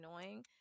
annoying